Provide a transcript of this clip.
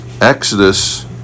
Exodus